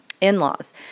in-laws